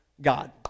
God